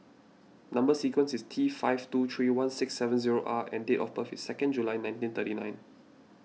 Number Sequence is T five two three one six seven zero R and date of birth is second July nineteen thirty nine